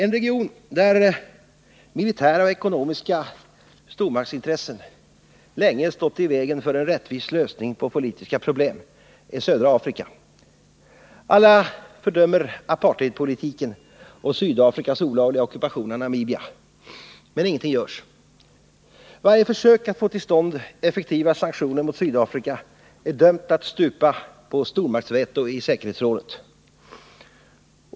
En region där militära och ekonomiska stormaktsintressen länge stått i vägen för en rättvis lösning på politiska problem är Södra Afrika. Alla fördömer apartheidpolitiken och Sydafrikas olagliga ockupation av Namibia. Men ingenting görs. Varje försök att få till stånd effektiva sanktioner mot Sydafrika är dömt att stupa på stormaktsveto i säkerhetsrådet.